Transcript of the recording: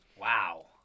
Wow